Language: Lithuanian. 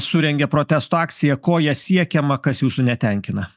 surengė protesto akciją ko ja siekiama kas jūsų netenkina